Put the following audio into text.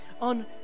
on